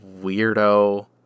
weirdo